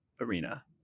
arena